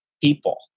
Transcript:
people